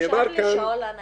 אפשר לשאול על הניידת?